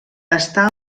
està